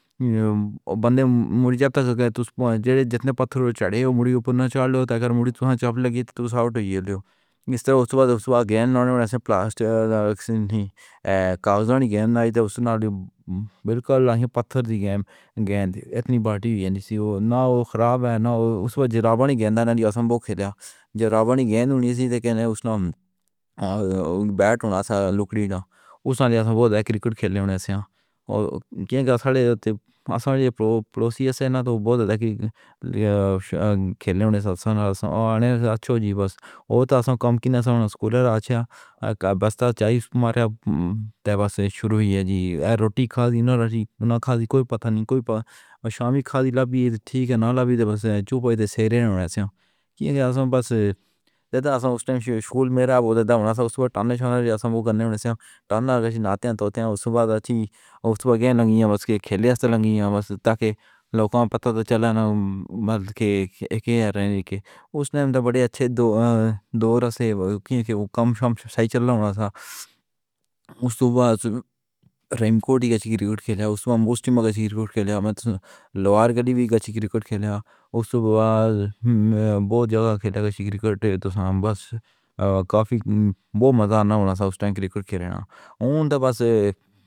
ہاں، اوہ بندہ مر گیا سی کہ جتنے پتھر چڑھے اوہ مڑی اوپر نہ چڑھ سکے تاں کہ مڑی تو ہاں چپل لگی تو سائوٹ ہو گئی۔ یہ لوگ اِس طرح اُس وقت اِس واقعے نے پلاسٹک دی نئیں، کاغذاں دی گیند آئی سی، اِس توں وی بلکل اوہی پتھر دی گیند جیسی بھاری سی۔ اوہ نہ خراب ہوئی نہ اُس وقت جراباں دیاں گینداں دتیاں، سمجھو کھیڈیاں۔ جدوں جراب دی گیند ہونی چاہیدی اے تاں کہ اِس نال بیٹ لکڑ دے نال بہت کرکٹ کھیڈیا جاندا اے تے کہاں کہ ساڑھے دو تک آساں پروسیس اے۔ نہ تاں بہت دیکھیا پر کھیڈن توں سننا آسان اے۔ اچھا جی، بس اوہ تھوڑا کم دا سنن والا اچھا سی، قائم استعمال سی۔ بس شروع وچ جی ایم ٹی دا نئیں سی، نہ کِسے نوں پتہ، کوئی شامی کھا دیا وی ٹھیک اے۔ لابی نئیں سی، بس چوپڑ سی، سیٹ رہے سیاں دے پاس دیندا اے۔ اُس ٹیم نے شانہ شانہ اِسمو کرن توں ٹارنا نئیں چاہیا، اِس گل تے گند کھادی اے، کھیل کھادی اے، بس تاں کہ لوکاں نوں پتہ چلے کہ اِس نے وڈے چنگے دو دور توں اے کہ کم شام سائیکل رہا سی۔ اُس وقت ریمکوڈی دی کرکٹ کھیڈی اے، اِسے موسٹیم دا شیکر کھلیا اے۔ مت لوہار گلی وچ وی گزری کرکٹ کھیڈی اے، اُس وقت بہت تھاں کھیڈی اے کہ شیرو دا ٹی اے تاں سنبھال کافی اے، بہت مزہ آندا۔ ولاس ٹینک رک گئے نی اُنہاں دے پاس۔